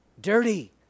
Dirty